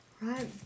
Right